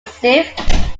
singh